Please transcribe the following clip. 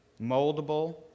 Moldable